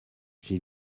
j’ai